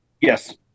Yes